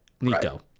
Nico